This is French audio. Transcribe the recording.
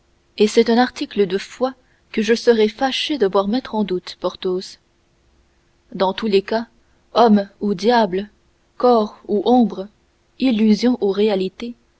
et c'est un article de foi que je serais fâché de voir mettre en doute porthos dans tous les cas homme ou diable corps ou ombre illusion ou réalité